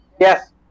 Yes